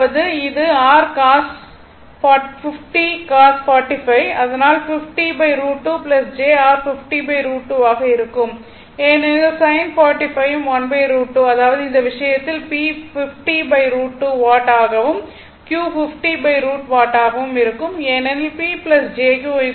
அதாவது இது r 50 cos 45 அதனால் 50 √2 j r 50 √2 ஆக இருக்கும் ஏனெனில் sin 45 யும் 1 √2 அதாவது இந்த விஷயத்தில் P 50 √2 வாட் ஆகவும் Q 50 √2 வாட் ஆகவும் இருக்கும் ஏனெனில் P j Q 50 √2 j 50 √2